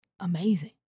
amazing